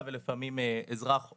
מוכנים בגיל 75?